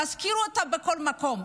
תזכירו אותה בכל מקום,